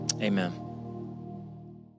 amen